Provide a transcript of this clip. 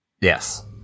Yes